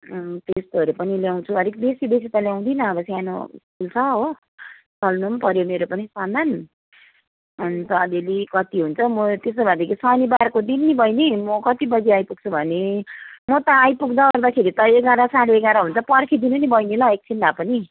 त्यस्तोहरू पनि ल्याउँछु अलिक बेसी बेसी त ल्याउँदिनँ अब सानो स्कुल छ हो चल्नु पनि पऱ्यो मेरो पनि सामान अन्त अलिअलि कति हुन्छ म त्यसो भएदेखि शनिबारको दिन नि बैनी म कति बजी आइपुग्छु भने म त आइपुग्दा ओर्दाखेरि त एघार साढे एघार हुन्छ पर्खिदिनु नि बैनी ल एकछिन् भए पनि